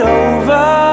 over